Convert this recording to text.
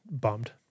bummed